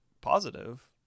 positive